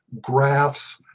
graphs